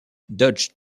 dodge